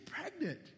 pregnant